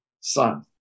son